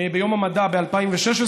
ביום המדע ב-2016,